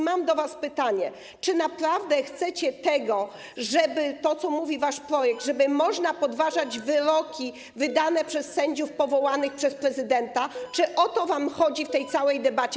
Mam do was pytanie: Czy naprawdę chcecie tego, co mówi wasz projekt, żeby można podważać wyroki wydane przez sędziów powołanych przez prezydenta, czy o to wam teraz chodzi w tej całej debacie?